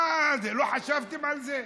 מה, לא חשבתם על זה?